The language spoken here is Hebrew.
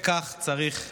וכך צריך להיות.